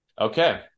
Okay